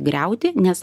griauti nes